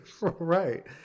Right